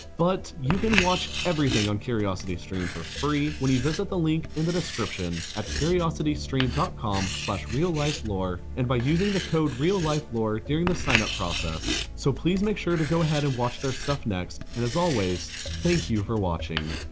but you can watch everything on curiositystream for free when you visit the link in the description at curiositystream dot com slash reallifelore and by using the code reallifelore during the signup process. so please, make sure to go ahead and watch their stuff next, and as always thank you for watching!